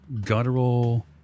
guttural